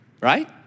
right